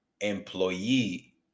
employee